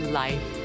life